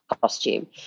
costume